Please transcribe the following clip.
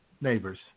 neighbors